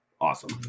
awesome